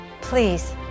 Please